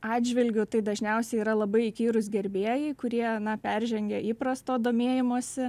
atžvilgiu tai dažniausiai yra labai įkyrūs gerbėjai kurie peržengia įprasto domėjimosi